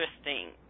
interesting